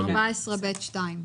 סעיף 14(ב)(2):